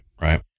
Right